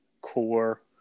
core